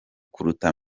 kuruta